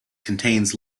contains